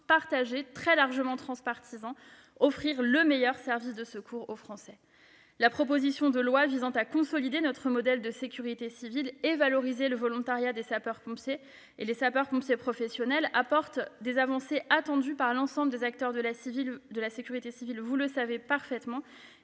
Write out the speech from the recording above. partagé- largement transpartisan -: offrir le meilleur service de secours aux Français. La proposition de loi visant à consolider notre modèle de sécurité civile et valoriser le volontariat des sapeurs-pompiers et les sapeurs-pompiers professionnels apporte- vous le savez parfaitement -des avancées attendues par l'ensemble des acteurs de la sécurité civile, et que le Gouvernement